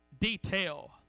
detail